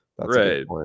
Right